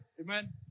Amen